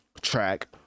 track